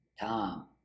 Tom